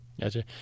Gotcha